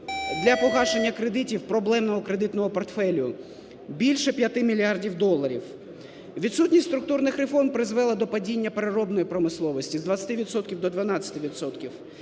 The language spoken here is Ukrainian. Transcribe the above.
для погашення кредитів проблемного кредитного портфеля більше 5 мільярдів доларів. Відсутність структурних реформ призвела до падіння переробної промисловості: з 20